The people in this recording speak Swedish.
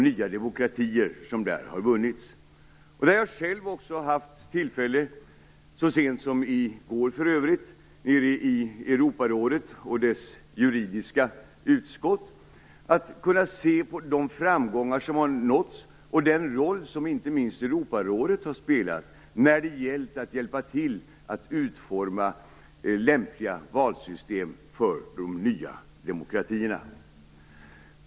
Jag har själv haft tillfälle - för övrigt så sent som i går - att i Europarådet och dess juridiska utskott se de framgångar som har nåtts och inte minst den roll som Europarådet har spelat när det gällt att hjälpa till att utforma lämpliga valsystem för de nya demokratierna.